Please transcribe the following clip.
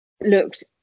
looked